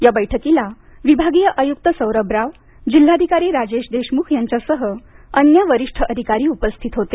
या बैठकीला विभागीय आयुक्त सौरभ राव जिल्हाधिकारी राजेश देशमुख यांच्यासह अन्य वरिष्ठ अधिकारी उपस्थित होते